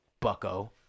bucko